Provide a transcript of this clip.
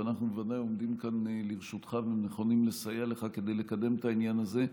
ואנחנו ודאי עומדים כאן לרשותך ונכונים לסייע לך לקדם את העניין הזה.